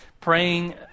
praying